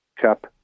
chap